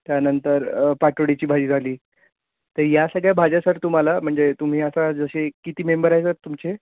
त्यानंतर पाटवडीची भाजी झाली तर या अशा ज्या भाज्या सर तुम्हाला म्हणजे तुम्ही आता जसे किती मेंबर आहे सर तुमचे